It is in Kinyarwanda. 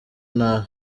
nabi